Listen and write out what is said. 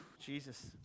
Jesus